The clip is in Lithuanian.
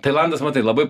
tailandas matai labai